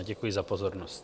Děkuji za pozornost.